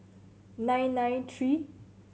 nine nine tree